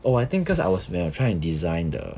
oh I think because I was when I was trying to design the